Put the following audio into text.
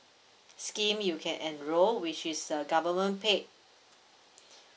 scheme you can enrol which is a government paid